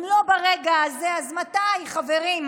אם לא ברגע הזה, אז מתי, חברים?